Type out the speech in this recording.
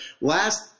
last